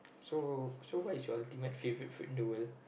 so so what is your ultimate favourite food in the world